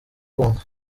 konka